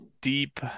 deep